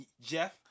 Jeff